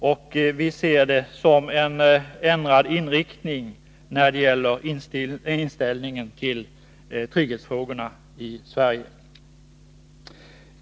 Och vi ser det som en ändrad inriktning när det gäller inställningen till trygghetsfrågorna i Sverige.